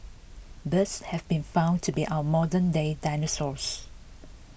birds have been found to be our modern day dinosaurs